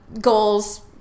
goals